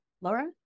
laura